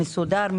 מסודר,